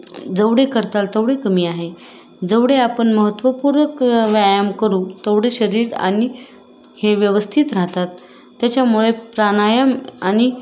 जेवढे करताल तेवढे कमी आहे जेवढे आपण महत्त्वपूर्वक व्यायाम करू तेवढं शरीर आणि हे व्यवस्थित राहतात त्याच्यामुळे प्राणायाम आणि